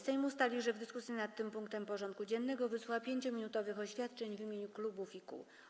Sejm ustalił, że w dyskusji nad tym punktem porządku dziennego wysłucha 5-minutowych oświadczeń w imieniu klubów i kół.